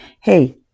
hey